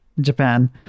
Japan